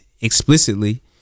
explicitly